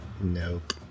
Nope